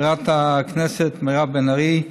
חברת הכנסת מירב בן ארי,